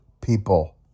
people